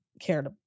cared